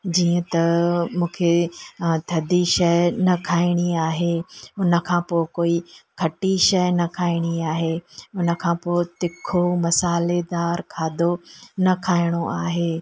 जीअं त मूंखे थधी शइ न खाइणी आहे उन खां पोइ कोई खटी शइ न खाइणी आहे उन खां पोइ तिखो मसालेदार खाधो न खाइणो आहे